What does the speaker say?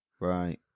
Right